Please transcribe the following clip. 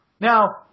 Now